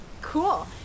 Cool